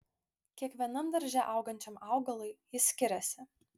kiekvienam darže augančiam augalui jis skiriasi